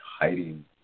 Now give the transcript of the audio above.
hiding